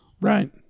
Right